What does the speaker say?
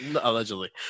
Allegedly